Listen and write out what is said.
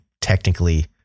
technically